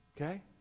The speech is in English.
Okay